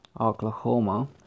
Oklahoma